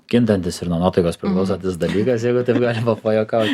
kintantis ir nuo nuotaikos priklausantis dalykas jeigu taip galima pajuokaut